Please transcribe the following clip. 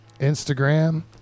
Instagram